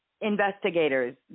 investigators